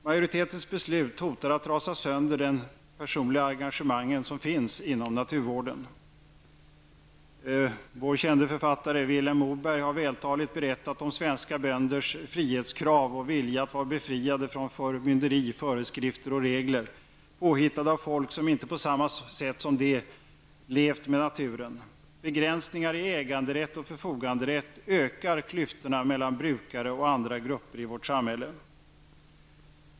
Majoritetens beslut hotar att trasa sönder det personliga engagemang som finns inom naturvården. Vår kände författare Vilhelm Moberg har vältaligt berättat om svenska bönders frihetskrav och vilja att vara befriade från förmynderi, föreskrifter och regler, påhittade av folk som inte på samma sätt som de levt med naturen. Begränsningar i äganderätt och förfoganderätt ökar klyftorna mellan brukare och andra grupper i vårt samhälle.